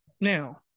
now